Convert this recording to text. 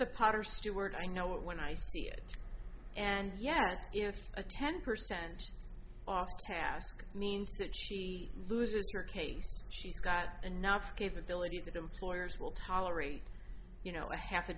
the potter stewart i know it when i see it and yet if a ten percent often ask means that she loses your case she's got enough capability that employers will tolerate you know a half a